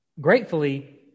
gratefully